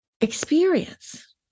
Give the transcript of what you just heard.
experience